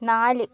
നാല്